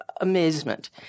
amazement